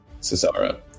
Cesara